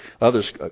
others